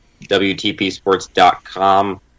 WTPsports.com